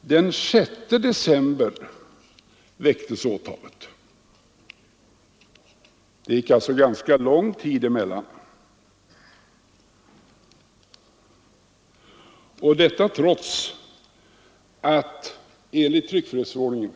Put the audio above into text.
Den 6 december väcktes åtalet. Det gick alltså ganska lång tid däremellan, trots att enligt tryckfrihetsförordningen